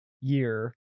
Year